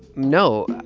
no,